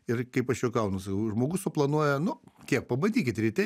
ir kaip aš juokaunu sakau žmogus suplanuoja nu kiek pabandykit ryte